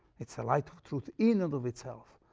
it's the light of truth in and of itself,